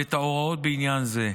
ואת ההוראות בעניין זה.